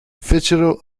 fecero